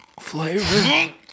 Flavor